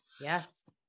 yes